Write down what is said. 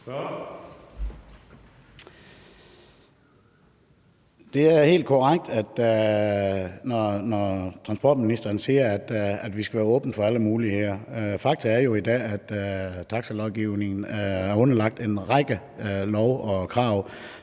Det er helt korrekt, når transportministeren siger, at vi skal være åbne over for alle muligheder. Fakta er jo i dag, at taxalovgivningen er underlagt en række lovkrav,